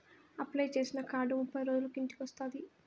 apply చేసిన card ముప్పై రోజులకు ఇంటికి వస్తాది